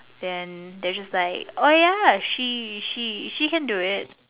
then they're just like oh ya she she can do it